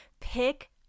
Pick